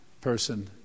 person